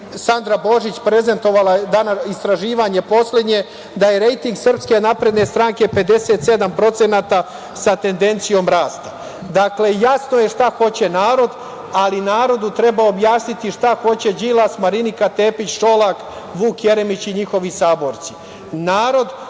Sandra Božić prezentovala, istraživanje poslednje, da je rejting SNS 57% sa tendencijom rasta. Dakle, jasno je šta hoće narod, ali narodu treba objasniti šta hoće Đilas, Marinika Tepić, Šolak, Vuk Jeremić i njihovi saborci.